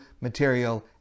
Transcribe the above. material